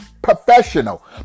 Professional